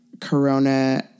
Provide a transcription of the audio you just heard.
Corona